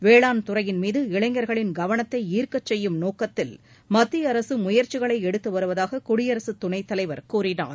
வேளாண் துறையின் மீது இளைஞர்களின் கவனத்தை ஈர்க்கச் செய்யும் நோக்கத்தில் மத்திய அரசு முயற்சிகளை எடுத்து வருவதாக குடியரசு துணைத் தலைவர் கூறினார்